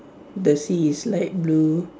the sea is light blue